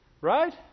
Right